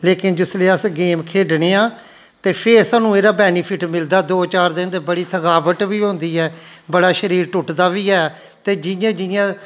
लेकिन जिसलै अस गेम खेढने आं ते फिर सानू एहदे बेनिफिट मिलदा दो चार दिन ते बड़ी थकवट बी होंदी ऐ बड़ा शरीर टुट्टदा बी ऐ ते जियां जियां